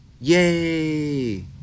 Yay